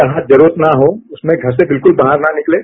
जहां जरूरत न हो उस समय घर से बिल्कुल बाहर न निकलें